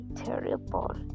terrible